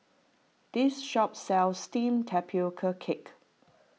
this shop sells Steamed Tapioca Cake